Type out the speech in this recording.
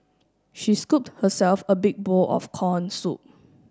she scooped herself a big bowl of corn soup